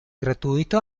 gratuito